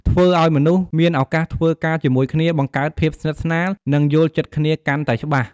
ធ្វើឲ្យមនុស្សមានឱកាសធ្វើការជាមួយគ្នា បង្កើតភាពស្និទ្ធស្នាល និងយល់ចិត្តគ្នាកាន់តែច្បាស់។